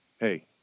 Hey